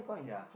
ya